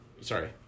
Sorry